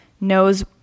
knows